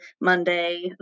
Monday